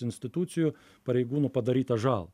institucijų pareigūnų padarytą žalą